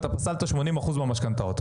אתה פסלת 80% מהמשכנתאות.